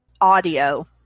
audio